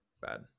bad